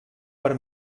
per